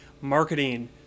marketing